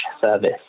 service